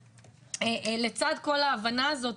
לצד כל ההבנה הזאת,